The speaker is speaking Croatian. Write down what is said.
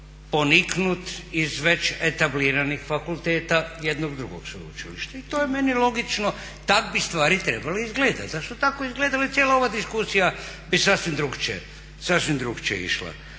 poniknut iz već etabliranih fakulteta jednog drugog sveučilišta. I to je meni logično, tak bi stvari trebale izgledati. Zato što je tako izgledala i cijela ova diskusija bi sasvim drukčije išla.